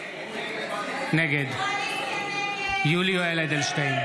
נגד יולי יואל אדלשטיין,